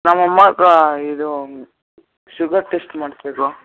ನಮ್ಮಅಮ್ಮಗೆ ಇದೂ sugar test ಮಾಡಿಸ್ಬೇಕು